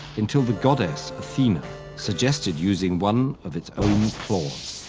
until the goddess athena suggested using one of its own claws.